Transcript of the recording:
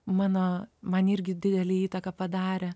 mano man irgi didelę įtaką padarė